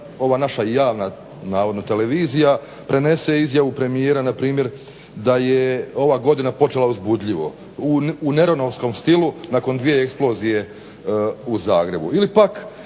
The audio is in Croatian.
ova naša javna navodno televizija prenese izjavu premijera npr. da je ova godina počela uzbudljivo, u neronovskom stilu nakon dvije eksplozije u Zagrebu.